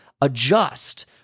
adjust